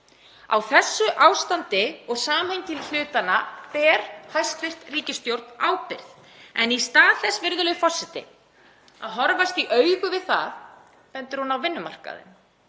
Á þessu ástandi og samhengi hlutanna ber hæstv. ríkisstjórn ábyrgð. En í stað þess, virðulegur forseti, að horfast í augu við það, bendir hún á vinnumarkaðinn